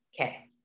Okay